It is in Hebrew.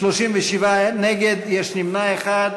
37 נגד, יש נמנע אחד.